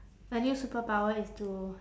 a new superpower is to